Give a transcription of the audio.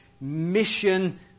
mission